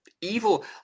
evil